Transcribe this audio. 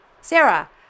Sarah